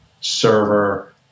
server